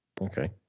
okay